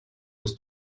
was